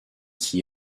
qui